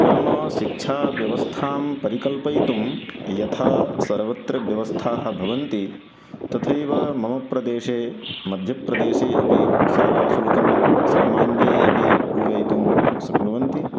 नाम शिक्षाव्यवस्थां परिकल्पयितुं यथा सर्वत्र व्यवस्थाः भवन्ति तथैव मम प्रदेशे मध्यप्रदेशे अपि शालाशुल्कं सामान्यैः अपि पूरयितुं शक्नुवन्ति